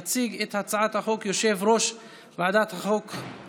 יציג את הצעת החוק יושב-ראש ועדת החוקה,